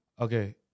Okay